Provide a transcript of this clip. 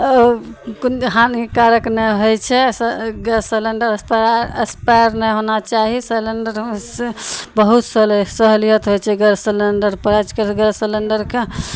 आओर कोनो जे हानिकारक नहि होइ छै से गैस सिलिण्डर एक्सपायर एक्सपायर नहि होना चाही सिलिण्डर होइसँ बहुत सहूलियत होइ छै गैस सिलिण्डर काज करू गैस सलेण्डरके